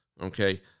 okay